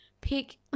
pick